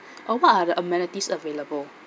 oh what are the amenities available